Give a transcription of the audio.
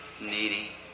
needy